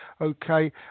okay